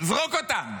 זרוק אותם.